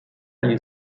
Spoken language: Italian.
agli